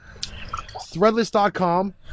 Threadless.com